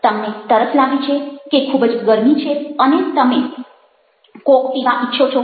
તમને તરસ લાગી છે કે ખૂબ જ ગરમી છે અને તમે કોક પીવા ઈચ્છો છો